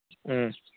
ꯎꯝ